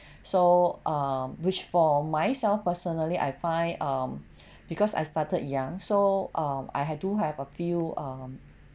so um which for myself personally I find um because I started young so um I do have a few um